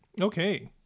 okay